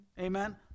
Amen